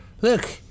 Look